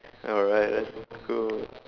alright let's go